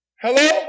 Hello